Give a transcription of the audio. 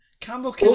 Campbell